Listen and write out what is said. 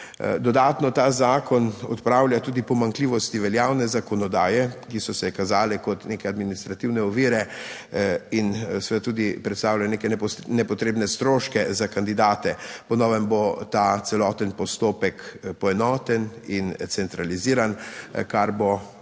Dodatno ta zakon odpravlja tudi pomanjkljivosti veljavne zakonodaje, ki so se kazale kot neke administrativne ovire in seveda tudi predstavljale neke nepotrebne stroške za kandidate. Po novem bo ta celoten postopek poenoten in centraliziran, kar bo morda